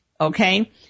okay